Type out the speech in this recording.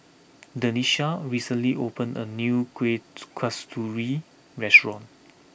Denisha recently opened a new Kuih Zee Kasturi restaurant